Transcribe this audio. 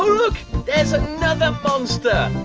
look there's another monster.